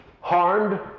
harmed